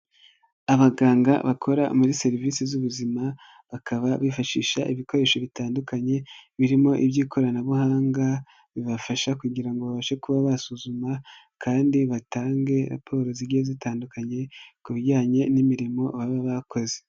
Abaganga bakora muri serivisi z'ubuzima bakaba bifashisha ibikoresho bitandukanye birimo iby'ikoranabuhanga bibafasha kugira ngo babashe kuba basuzuma kandi batange raporo zigiye zitandukanye ku bijyanye n'imirimo baba bakoze.